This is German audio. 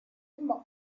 immer